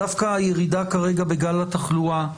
דווקא הירידה כרגע בגל התחלואה,